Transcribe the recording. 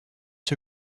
two